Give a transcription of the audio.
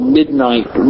midnight